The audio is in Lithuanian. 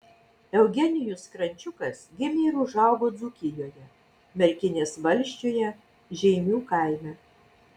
eugenijus krančiukas gimė ir užaugo dzūkijoje merkinės valsčiuje žeimių kaime